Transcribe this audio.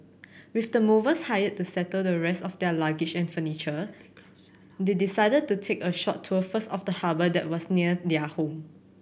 with the movers hired to settle the rest of their luggage and furniture they decided to take a short tour first of the harbour that was near their home